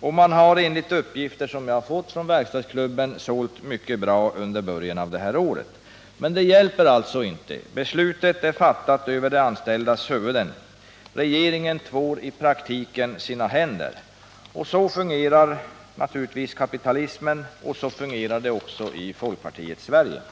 och man har enligt uppgifter, som jag fått från verkstadsklubben, sålt mycket bra under början av det här året. Men det hjälper alltså inte. Beslutet är fattat över de anställdas huvuden. Regeringen tvår i praktiken sina händer. Så fungerar naturligtvis kapitalismen, och så fungerar det också i folkpartiets Sverige.